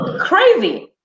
crazy